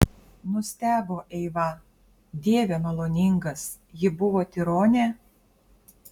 nustebo eiva dieve maloningas ji buvo tironė